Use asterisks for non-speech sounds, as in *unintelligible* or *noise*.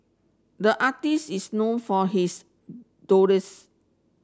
the artist is known for his *unintelligible*